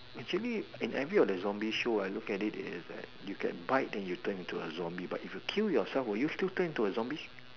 actually in every of the zombie show I look at it is that you get bite then you turn into a zombie but if you kill yourself will you still turn into a zombie